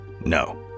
no